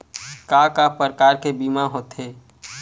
का का प्रकार के बीमा होथे?